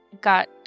got